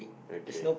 okay